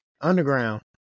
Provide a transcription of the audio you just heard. Underground